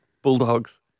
Bulldogs